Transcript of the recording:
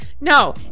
No